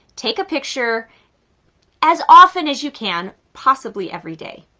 take a picture as often as you can, possibly every day.